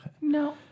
No